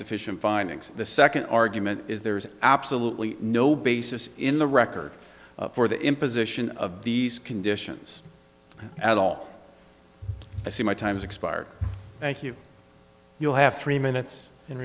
sufficient findings the second argument is there is absolutely no basis in the record for the imposition of these conditions at all i see my time's expired thank you you'll have three minutes in